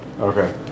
Okay